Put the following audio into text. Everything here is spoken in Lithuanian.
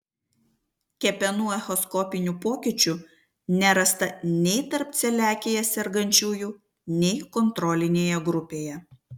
kepenų echoskopinių pokyčių nerasta nei tarp celiakija sergančiųjų nei kontrolinėje grupėje